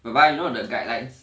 but why not the guidelines